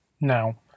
Now